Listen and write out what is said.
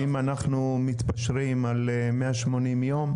אם אנחנו מתפשרים על 180 ימים?